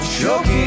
choking